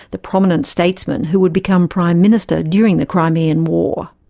the prominent statesman who would become prime minister during the crimean war.